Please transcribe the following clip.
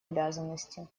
обязанности